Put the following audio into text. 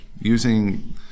using